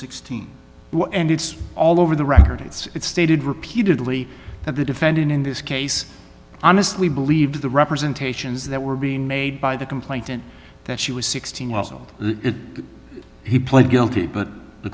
sixteen and it's all over the record it's stated repeatedly that the defendant in this case honestly believed the representations that were being made by the complainant that she was sixteen while he pled guilty but the